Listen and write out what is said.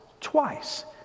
twice